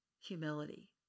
humility